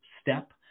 step